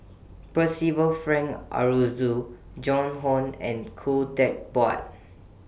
Percival Frank Aroozoo Joan Hon and Khoo Teck Puat